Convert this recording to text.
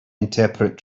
interpret